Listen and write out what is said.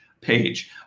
page